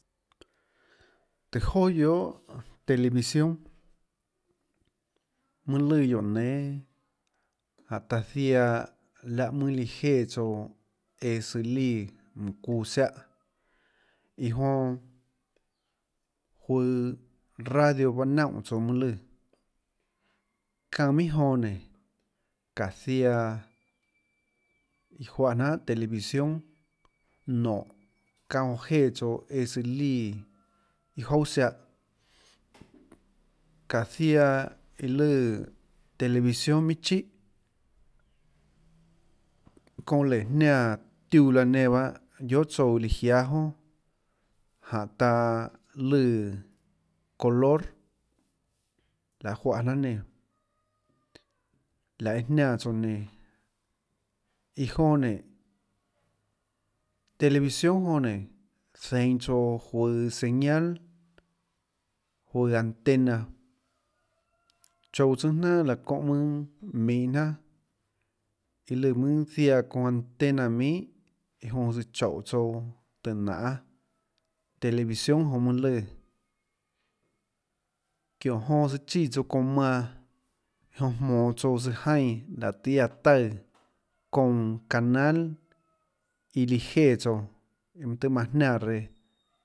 Tùhå joà guiohà televisión mønâ lùã guióå nénâ jáhå taã ziaã láhã mønâ líã jéã tsouã eã søã líã mùnhå çuã ziáhã iã jonã juøå radio baâ naunè tsouã mønâ lùã çanã minhà jonã nénå çáå ziaã iã juáhã jnanhà televisión ðóhå çáhã jonã líã jéã tsouã eã søã líã iã jouà ziáhã çáå ziaã iã lùã televisión minhà chíhà çounã léhã jniáã tiuã laã nen pahâ guiohà tsouã lùã jiáâ jonà jáhå taã lùã color laê juáhã jnanhà nenã laê jiánã tsouã nenã iã jonã nénå televisión jonã nénå zienå tsouã juøå señal juøå antena chouå tsùnâ jnanà laã çóhã mønâ minhå jnanà iã lùã mønâ ziaã çounã antena iã jonã tsøå choúhå tsouã tùå nanê televisión jonã mønâ lùã çióhå jonã tsøã chíã tsouã çounã manã jonã jmonå tsouã tsøå jaínã laå tøê iâ çaã taùã çounã canal iã líã jéã tsouã mønâ tøê manã jniánã reã.